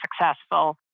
successful